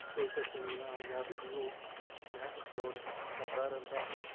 ਅਤੇ ਤਸਵੀਰਾਂ ਜਾਂ ਵੀਡੀਓ ਮੈਂ ਅਪਲੋਡ ਕਰਦਾ ਰਹਿੰਦਾ ਹਾਂ